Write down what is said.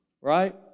Right